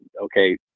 okay